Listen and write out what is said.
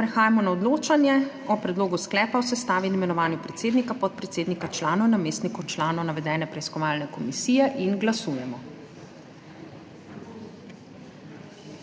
Prehajamo na odločanje o Predlogu sklepa o sestavi in imenovanju predsednika, podpredsednika, članov, namestnikov članov navedene preiskovalne komisije. Glasujemo. 80